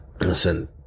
listen